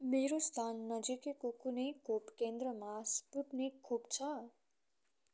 मेरो स्थान नजिकैको कुनै खोप केन्द्रमा स्पुत्निक खोप छ